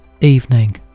evening